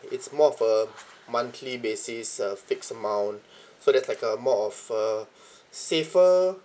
it's more of a monthly basis uh fixed amount so that's like a more of a safer